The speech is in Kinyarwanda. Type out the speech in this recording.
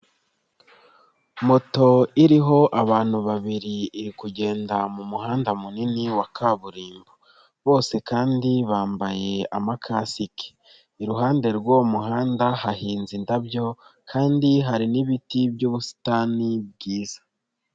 Moto iriho abantu babiri iri kugenda mu muhanda munini wa kaburimbo, bose kandi bambaye amakasike, iruhande rw'uwo muhanda hahinze indabyo kandi hari n'ibiti by'ubusitani bwiza.